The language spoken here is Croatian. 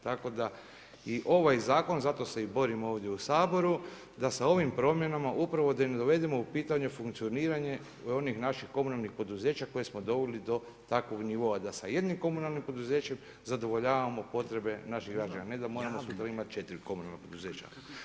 Tako da i ovaj zakon, zato se i borimo ovdje u Saboru da sa ovim promjenama upravo da im ne dovedemo u pitanje funkcioniranje i onih naših komunalnih poduzeća koje smo doveli do takvog nivoa da sa jednim komunalnim poduzećem zadovoljavamo potrebe naših građana ne da moramo imati četiri komunalna poduzeća.